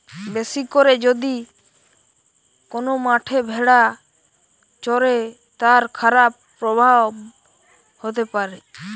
বেশি করে যদি কোন মাঠে ভেড়া চরে, তার খারাপ প্রভাব হতে পারে